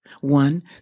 One